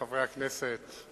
חברי הכנסת,